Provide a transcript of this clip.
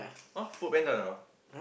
oh Food Panda now ah